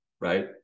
right